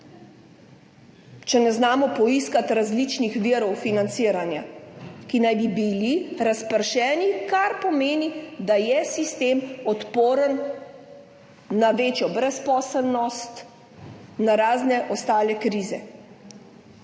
če ne znamo poiskati različnih virov financiranja, ki naj bi bili razpršeni, kar pomeni, da je sistem odporen na večjo brezposelnost, na razne ostale krize.